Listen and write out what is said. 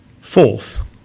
Fourth